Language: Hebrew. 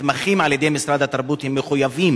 הנתמכים על-ידי משרד התרבות הם מחויבים